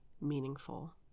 meaningful